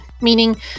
meaning